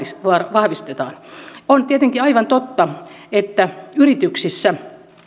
vahvistetaan on tietenkin aivan totta että yrityksissä